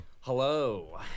Hello